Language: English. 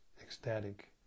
ecstatic